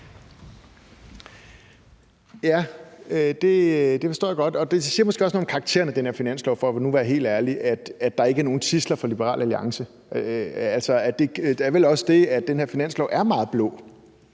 Det forstår jeg godt, og det siger måske også noget om karakteren af det her finanslovsforslag, for nu at være helt ærlig, at der ikke er nogen tidsler for Liberal Alliance. Det er vel også det, at det her finanslovsforslag er meget blåt,